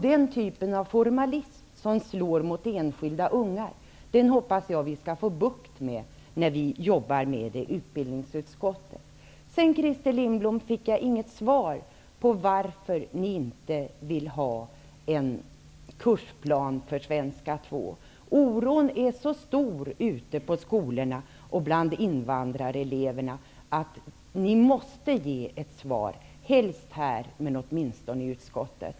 Den typ av formalism som slår mot enskilda ungar hoppas jag att vi skall få bukt med när vi jobbar med frågorna i utbildningsutskottet. Jag fick inte svar på frågan om varför ni inte vill ha en kursplan för svenska 2, Christer Lindblom. Oron är så stor ute på skolorna och bland invandrareleverna att ni måste ge ett svar -- helst här i kammaren, eller åtminstone i utskottet.